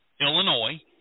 Illinois